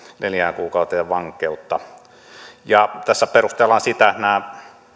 neljään kuukauteen vankeutta tässä perustellaan sitä että nämä